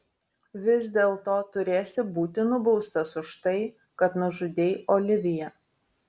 vis dėlto turėsi būti nubaustas už tai kad nužudei oliviją